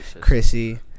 Chrissy